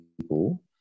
people